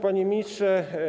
Panie Ministrze!